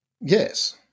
Yes